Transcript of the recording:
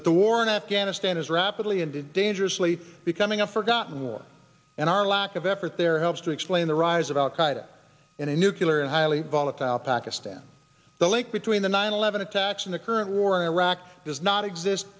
but the war in afghanistan is rapidly dangerously becoming a forgotten war and our lack of effort there helps to explain the rise of al qaeda in a nucular and highly volatile pakistan the link between the nine eleven attacks in the current war in iraq does not exist